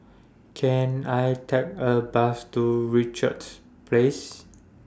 Can I Take A Bus to Richards Place